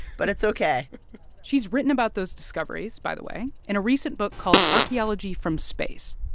but it's ok she's written about those discoveries, by the way, in a recent book called archaeology from space.